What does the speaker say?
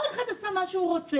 כל אחד עשה מה שהוא רוצה.